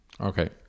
Okay